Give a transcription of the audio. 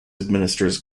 administers